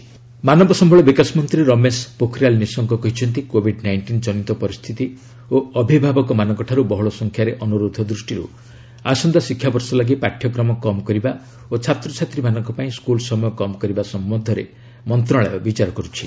ଗଭ୍ syllabus ମାନବ ସମ୍ଭଳ ବିକାଶ ମନ୍ତ୍ରୀ ରମେଶ ପୋଖରିଆଲ ନିଶଙ୍କ କହିଚନ୍ତି କୋଭିଡ୍ ନାଇଷ୍ଟିନ୍ ଜନିତ ପରିସ୍ଥିତି ଓ ଅଭିଭାବକମାନଙ୍କଠାରୁ ବହୁଳ ସଂଖ୍ୟାରେ ଅନୁରୋଧ ଦୃଷ୍ଟିରୁ ଆସନ୍ତା ଶିକ୍ଷାବର୍ଷ ଲାଗି ପାଠ୍ୟକ୍ରମ କମ୍ କରିବା ଓ ଛାତ୍ରଛାତ୍ରୀମାନଙ୍କ ପାଇଁ ସ୍କୁଲ ସମୟ କମ୍ କରିବା ସଂକ୍ରାନ୍ତରେ ମନ୍ତ୍ରଣାଳୟ ବିଚାର କରୁଛି